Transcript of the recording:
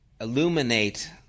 illuminate